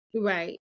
Right